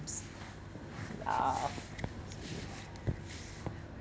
uh